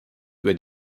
über